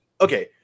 okay